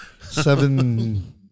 Seven